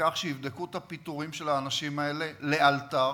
בכך שיבדקו את הפיטורין של האנשים האלה לאלתר,